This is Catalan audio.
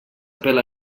pela